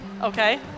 Okay